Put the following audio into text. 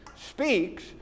speaks